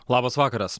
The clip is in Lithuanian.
labas vakaras